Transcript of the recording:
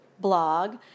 blog